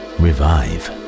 revive